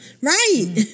Right